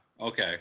Okay